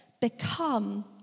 become